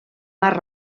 mar